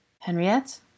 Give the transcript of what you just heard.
Henriette